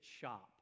shop